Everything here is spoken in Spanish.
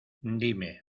dime